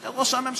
נגד ראש הממשלה.